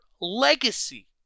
legacy